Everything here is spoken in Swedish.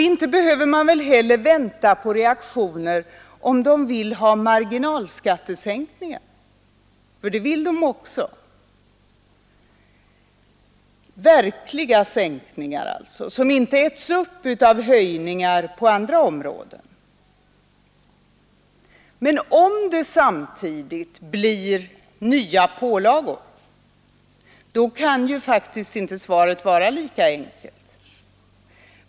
Inte behöver regeringen heller vänta på reaktioner som visar om de vill ha marginalskattsänkningar. Det vill de också ha — verkliga sänkningar, som inte äts upp av höjningar på andra områden. Men om det samtidigt blir nya pålagor kan faktiskt inte svaret vara lika enkelt.